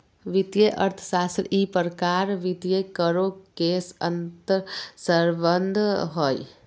वित्तीय अर्थशास्त्र ई प्रकार वित्तीय करों के अंतर्संबंध हइ